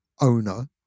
owner